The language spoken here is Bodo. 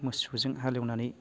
मोसौजों हालेवनानै